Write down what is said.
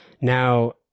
Now